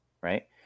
right